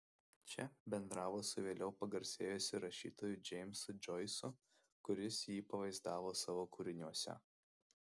čia bendravo su vėliau pagarsėjusiu rašytoju džeimsu džoisu kuris jį pavaizdavo savo kūriniuose